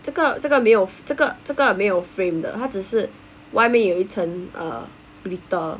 这个这个没有这个这个没有 frame 的它只是外面有一层 glitter